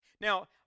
Now